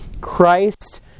Christ